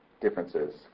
differences